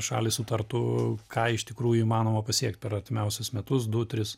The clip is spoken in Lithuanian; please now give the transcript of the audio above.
šalys sutartų ką iš tikrųjų įmanoma pasiekt per artimiausius metus du tris